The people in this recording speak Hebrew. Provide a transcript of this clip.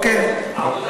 הרווחה, העבודה,